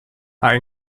are